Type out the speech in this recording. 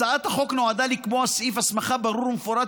הצעת החוק נועדה לקבוע סעיף הסמכה ברור ומפורט